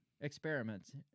experiments